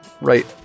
right